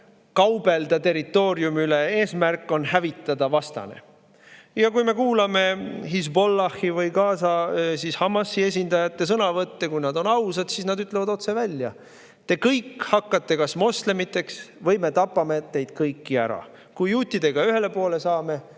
kaubelda territooriumi üle, eesmärk on hävitada vastane. Kui me kuulame Hezbollahi või Gaza Hamasi esindajate sõnavõtte, kui nad on ausad, siis nad ütlevad otse välja: "Te kõik hakkate kas moslemiteks või me tapame teid kõiki ära. Kui juutidega ühele poole saame,